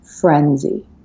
frenzy